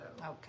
Okay